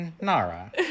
Nara